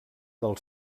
del